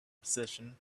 position